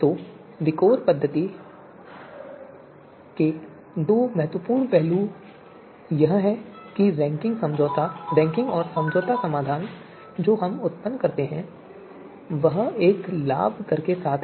तो विकोर पद्धति के दो महत्वपूर्ण पहलू यह है कि रैंकिंग और समझौता समाधान जो हम उत्पन्न करते हैं वह एक लाभ दर के साथ है